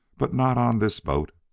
but not on this boat.